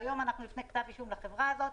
והיום אנחנו לפני כתב אישום לחברה הזאת.